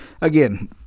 Again